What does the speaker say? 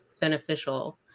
beneficial